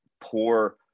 poor